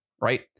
Right